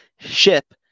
ship